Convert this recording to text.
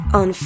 on